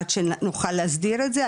עד שנוכל להסדיר את זה,